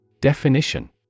Definition